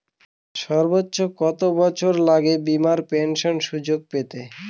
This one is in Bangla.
সর্বোচ্চ কত বয়স লাগে বীমার পেনশন সুযোগ পেতে?